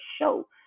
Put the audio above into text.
show